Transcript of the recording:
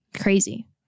crazy